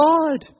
God